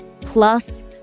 plus